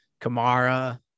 Kamara